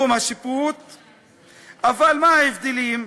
אבל מה ההבדלים?